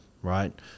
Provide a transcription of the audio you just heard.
Right